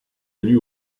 élus